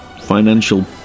financial